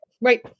right